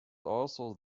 also